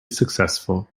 successful